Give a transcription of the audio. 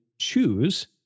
choose